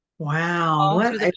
Wow